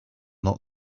not